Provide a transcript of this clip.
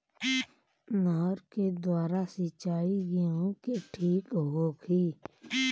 नहर के द्वारा सिंचाई गेहूँ के ठीक होखि?